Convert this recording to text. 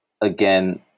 again